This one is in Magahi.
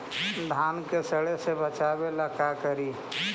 धान के सड़े से बचाबे ला का करि?